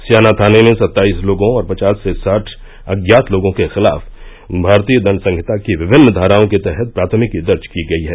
स्याना थाने में सत्ताईस लोगों और पचास से साठ अज्ञात लोगों के खिलाफ भारतीय दंड संहिता की विभिन्न धाराओं के तहत प्राथमिकी दर्ज की गई है